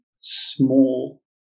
small